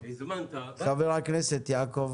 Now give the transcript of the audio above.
חבר הכנסת יעקב